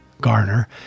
Garner